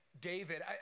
David